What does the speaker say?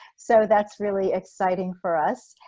so that's really exciting for us.